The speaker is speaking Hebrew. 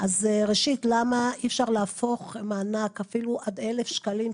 אז ראשית למה אי אפשר להפוך מענק אפילו עד 1,000 שקלים,